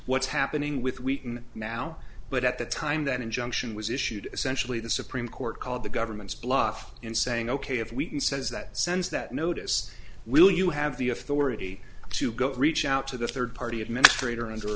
what's happening with wheaton now but at the time that injunction was issued essentially the supreme court called the government's bluff in saying ok if we can sense that sense that notice will you have the authority to go reach out to the third party administrator and